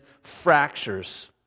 fractures